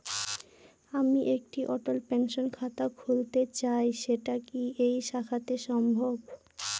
আমি একটি অটল পেনশন খাতা খুলতে চাই সেটা কি এই শাখাতে সম্ভব?